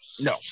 No